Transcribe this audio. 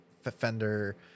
fender